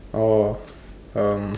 oh um